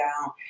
down